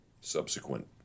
subsequent